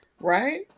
Right